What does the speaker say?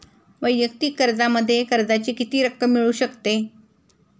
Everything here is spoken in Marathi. वैयक्तिक कर्जामध्ये कर्जाची किती रक्कम मिळू शकते?